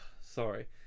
Sorry